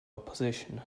opposition